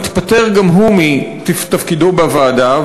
התפטר גם הוא מתפקידו בוועדה,